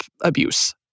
abuse